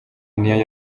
niyo